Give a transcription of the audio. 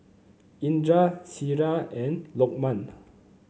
Indra Syirah and Lokman